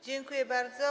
Dziękuję bardzo.